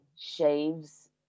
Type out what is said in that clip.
shaves